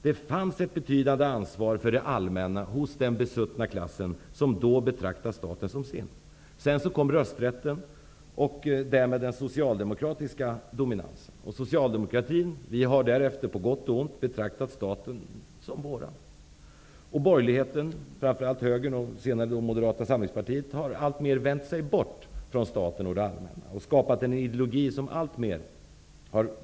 Det fanns ett betydande ansvar för det allmänna hos den besuttna klassen, och de betraktade staten som sin. Sedan kom rösträtten och därmed den socialdemokratiska dominansen. Vi inom socialdemokratin har därefter, på gott och ont, betraktat staten som vår. Borgerligheten, framför allt högern och sedermera Moderata samlingspartiet, har skapat en ideologi som alltmer vänt sig bort från staten och det allmänna.